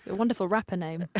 wonderful rapper name.